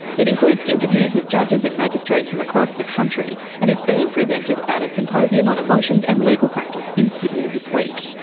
it includes interviews with judges and magistrates from across the country and is being presented at a symposium on emotions and legal practice in sydney this week.